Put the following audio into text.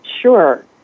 Sure